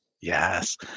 Yes